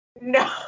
No